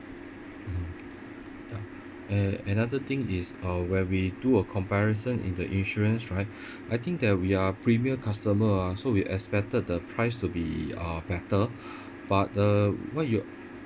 mmhmm ya and another thing is uh when we do a comparison in the insurance right I think that we are premium customer ah so we expected the price to be uh better but uh why you